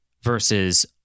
versus